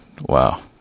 wow